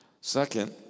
Second